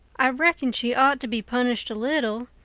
i reckon she ought to be punished a little.